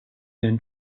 then